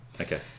Okay